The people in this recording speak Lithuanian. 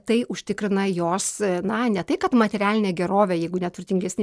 tai užtikrina jos na ne tai kad materialinę gerovę jeigu ne turtingesni